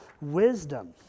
wisdom